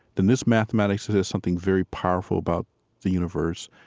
then this mathematics says something very powerful about the universe.